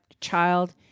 child